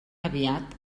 aviat